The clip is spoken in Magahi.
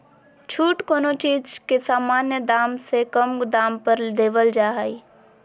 छूट कोनो चीज के सामान्य दाम से कम दाम पर देवल जा हइ